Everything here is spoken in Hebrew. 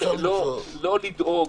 לא לדאוג.